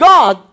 God